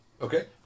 Okay